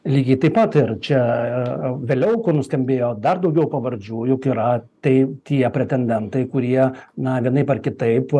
lygiai taip pat ir čia vėliau kuo nuskambėjo dar daugiau pavardžių juk yra tai tie pretendentai kurie na vienaip ar kitaip